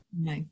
no